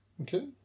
okay